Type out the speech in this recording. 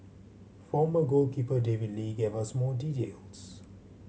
former goalkeeper David Lee gave us more details